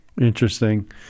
Interesting